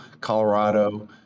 Colorado